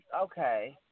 okay